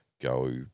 go